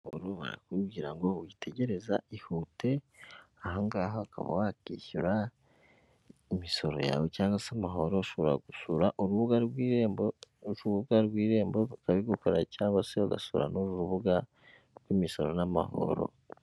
Barakubwira ngo witegereza ihute! Ahangaha ukaba wakishyura imisoro yawe cyangwa se amahoro, ushobora gusura urubuga rw'irembo rubuga rw'irembo Rukabigukorera, cyangwa se ugasura n'uru rubuga rw'imisoro n'amahoro.